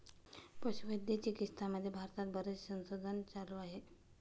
पशुवैद्यकीय चिकित्सामध्ये भारतात बरेच संशोधन चालू आहे